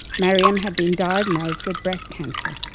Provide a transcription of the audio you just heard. maryam had been diagnosed with breast cancer.